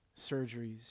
surgeries